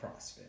CrossFit